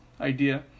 idea